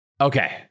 Okay